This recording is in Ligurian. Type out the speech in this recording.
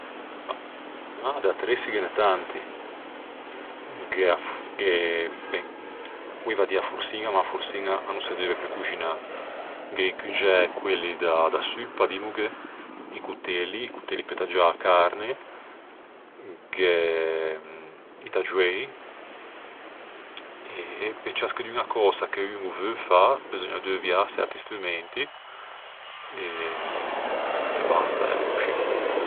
Mah, pe coxinâ d'attressi ghe n'é tanti. Gh'é a f- Ben, voeiva dî a forçiña, ma a forçiña a no se deuvia pe coxinâ. Gh'é i cuggiæ quelli da-da suppa, dimmoghe. Gh'é i cotelli, i cotelli pe taggiâ a carne. Gh'é i taggioei. Pe ciascheduña cösa che un o veu fâ beseugna deuviâ çerti strumenti e basta, a l'é coscì.